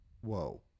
Whoa